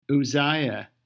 Uzziah